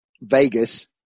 Vegas